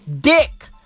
dick